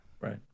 Right